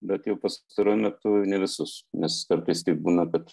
bet jau pastaruoju metu ne visus nes kartais taip būna kad